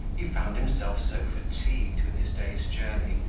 he found himself so fatigued with his day's journey,